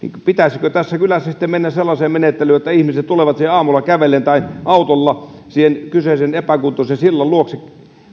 pitäisikö tässä kylässä sitten mennä sellaiseen menettelyyn että ihmiset tulevat aamulla kävellen tai autolla siihen kyseisen epäkuntoisen sillan luokse